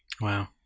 Wow